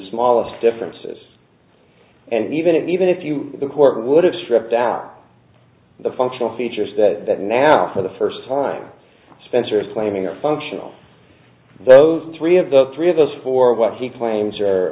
smallest differences and even if even if you the court would have stripped down the functional features that now for the first time spencer's claiming are functional those three of the three of us for what he claims